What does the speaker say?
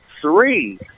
three